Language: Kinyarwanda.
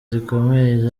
zikomeye